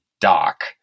Doc